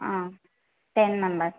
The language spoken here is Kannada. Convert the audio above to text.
ಹಾಂ ಟೆನ್ ಮೆಂಬರ್ಸ್